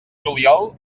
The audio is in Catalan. juliol